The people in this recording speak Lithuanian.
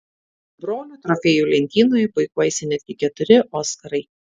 brolių trofėjų lentynoje puikuojasi netgi keturi oskarai